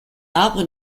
arbre